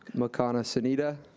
makana sanita.